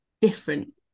different